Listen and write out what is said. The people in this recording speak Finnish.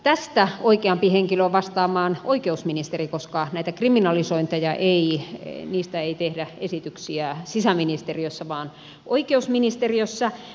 tähän oikeampi henkilö vastaamaan on oikeusministeri koska näistä kriminalisoinneista ei tehdä esityksiä sisäministeriössä vaan oikeusministeriössä